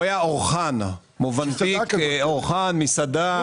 מובנפיק היה אורחן, מסעדה,